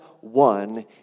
one